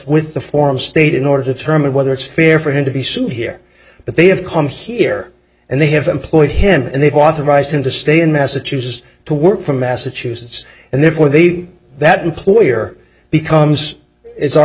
with the form state in order to determine whether it's fair for him to be sued here but they have come here and they have employed him and they've authorized him to stay in massachusetts to work for massachusetts and therefore they've that employer becomes is our